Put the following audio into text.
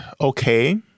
okay